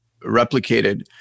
replicated